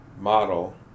model